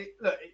look